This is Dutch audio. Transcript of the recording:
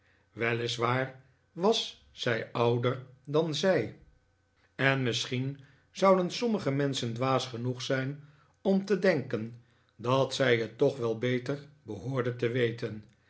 waar was zij ouder dan zij en misschien zouden sommige menschen dwaas genoeg zijn om te denken dat zij het toch wel beter behoorde te weten